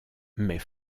mais